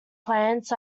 plants